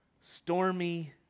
stormy